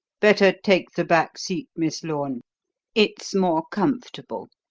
better take the back seat, miss lorne it's more comfortable.